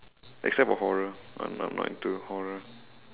except for horror I'm I'm not into horror